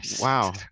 Wow